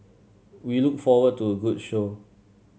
we look forward to a good show